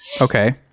Okay